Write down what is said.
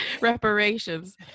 reparations